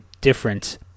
different